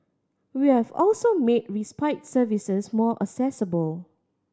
we have also made respite services more accessible